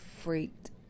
freaked